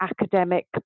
academic